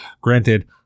Granted